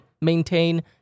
maintain